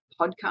podcast